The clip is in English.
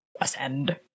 ascend